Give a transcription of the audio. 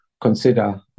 consider